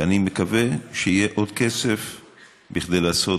ואני מקווה שיהיה עוד כסף כדי לעשות